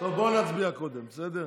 בואו נצביע קודם, בסדר?